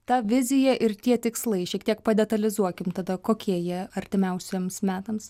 ta vizija ir tie tikslai šiek tiek pa detalizuokim tada kokie jie artimiausiems metams